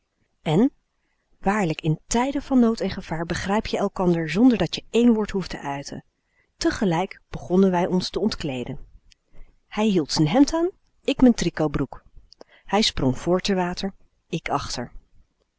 en waarlijk in tijden van nood en gevaar begrijp je elkander zonder dat je één woord hoeft te uiten tegelijk begonnen wij ons te ontkleeden hij hield z'n hemd aan ik m'n tricotbroek hij sprong vr te water ik achter